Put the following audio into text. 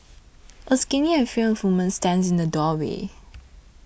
a skinny and frail woman stands in the doorway